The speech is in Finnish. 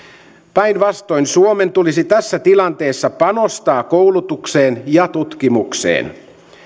päinvastoin suomen tulisi tässä tilanteessa panostaa koulutukseen ja tutkimukseen